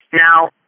Now